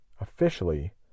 officially